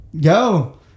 go